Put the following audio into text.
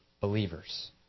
believers